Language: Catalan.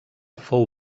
fou